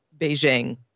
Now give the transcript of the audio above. Beijing